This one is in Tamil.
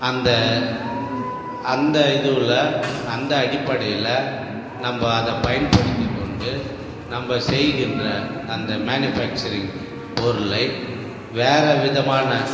அந்த அந்த இதுவில் அந்த அடிப்படையில் நம்ம அதை பயன்படுத்திக் கொண்டு நம்ம செய்கின்ற அந்த மேனுஃபேக்சரிங் பொருளை வேற விதமான